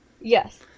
Yes